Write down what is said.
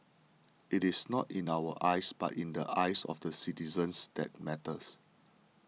it is not in our eyes but in the eyes of the citizens that matters